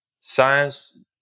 science